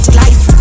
life